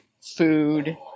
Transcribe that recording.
food